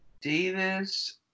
Davis